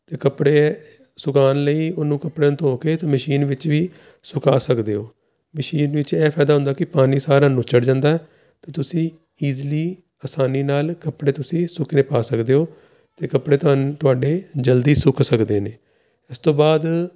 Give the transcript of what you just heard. ਅਤੇ ਕੱਪੜੇ ਸੁਕਾਉਣ ਲਈ ਉਹਨੂੰ ਕੱਪੜਿਆਂ ਨੂੰ ਧੋ ਕੇ ਅਤੇ ਮਸ਼ੀਨ ਵਿੱਚ ਵੀ ਸੁਕਾ ਸਕਦੇ ਹੋ ਮਸ਼ੀਨ ਵਿੱਚ ਇਹ ਫਾਇਦਾ ਹੁੰਦਾ ਕਿ ਪਾਣੀ ਸਾਰਾ ਨੁਚੜ ਜਾਂਦਾ ਅਤੇ ਤੁਸੀਂ ਇਜੀਲੀ ਆਸਾਨੀ ਨਾਲ ਕੱਪੜੇ ਤੁਸੀਂ ਸੁਕਣੇ ਪਾ ਸਕਦੇ ਹੋ ਅਤੇ ਕੱਪੜੇ ਤੁਹਾਨੂੰ ਤੁਹਾਡੇ ਜਲਦੀ ਸੁੱਕ ਸਕਦੇ ਨੇ ਇਸ ਤੋਂ ਬਾਅਦ